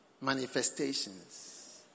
Manifestations